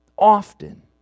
often